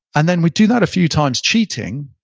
and then we do that a few times cheating,